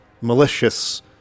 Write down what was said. malicious